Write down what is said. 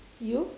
you